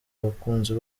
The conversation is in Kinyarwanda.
abakunzi